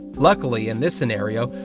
luckily, in this scenario,